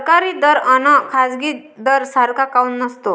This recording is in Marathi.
सरकारी दर अन खाजगी दर सारखा काऊन नसतो?